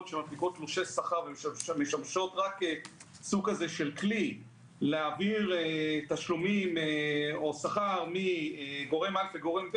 שמנפיקות תלושי שכר ומשמשות ככלי להעביר תשלומים או שכר מגורם אחד לאחר,